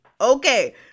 Okay